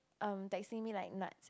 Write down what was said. um texting me like nuts